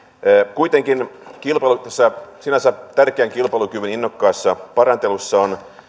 kuitenkin tässä sinänsä tärkeän kilpailukyvyn innokkaassa parantelussa on